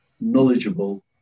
knowledgeable